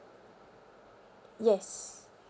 yes